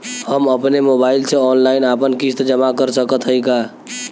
हम अपने मोबाइल से ऑनलाइन आपन किस्त जमा कर सकत हई का?